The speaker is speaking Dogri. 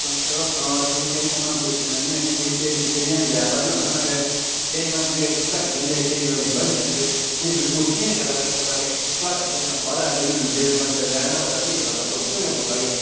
तां चलो तां ते ठीक ऐ इयां मतलब पुच्छी लैने कि के इ'यै केईं हांडी ऐसा बी होंदा ना केईं बारी रेट घटी जंदे बधी जंदे इ'यां फ्ही पुच्छियै गै लगदा पता के घटै दे जां बधै दे जे बंदे लैना होए तां बी ते बंदा पुच्छने गै पौंदा गै